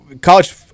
College